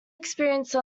experience